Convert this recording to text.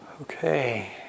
Okay